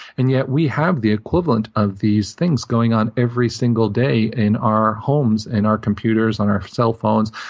and yet, we have the equivalent of these things going on every single day in our homes, in and our computers, on our cell phones,